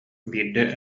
биирдэ